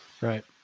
right